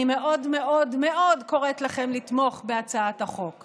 אני מאוד מאוד מאוד קוראת לכם לתמוך בהצעת החוק.